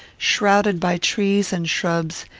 shrouded by trees and shrubs,